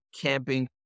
camping